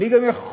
אני גם חושב